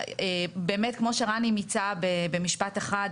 כמו שרני מיצה במשפט אחד,